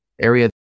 area